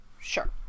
Sure